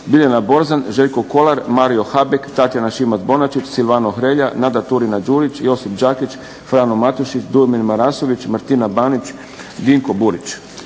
Biljana Borzan, Željko Kolar, Mario Habek, Tatjana ŠImac-Bonačić, Silvano Hrelja, Nada Turina-Đurić, Josip Đakić, Frano Matušić, Dujomir Marasović, Naftina Banić, Dinko Burić.